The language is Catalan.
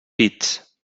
pits